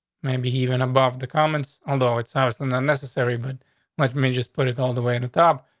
maybe even above the comments. although it's allison unnecessary. but let me just put it all the way at the top.